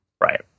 Right